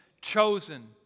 chosen